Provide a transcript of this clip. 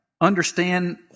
understand